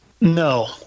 No